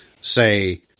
say